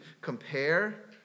compare